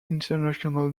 international